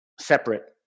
separate